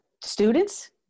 students